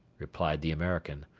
replied the american,